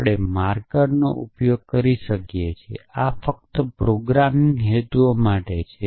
આપણે માર્કરનો ઉપયોગ કરી શકીએ છીએ આ ફક્ત પ્રોગ્રામિંગ હેતુઓ માટે છે